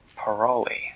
Paroli